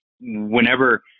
Whenever